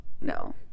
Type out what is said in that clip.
No